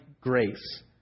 grace